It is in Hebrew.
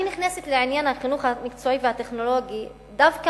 אני נכנסת לעניין החינוך המקצועי והטכנולוגי דווקא